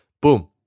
boom